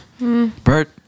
Bert